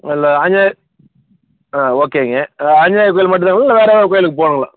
இல்லை ஆஞ்சிநேயர் ஆ ஓகேங்க ஆஞ்சிநேயர் கோயில் மட்டும்தாங்களா இல்லை வேறு எதாவது கோயிலுக்கு போகணுங்களா